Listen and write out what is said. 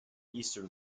eastern